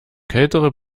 kältere